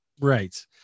Right